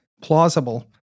plausible